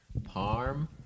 Parm